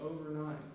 overnight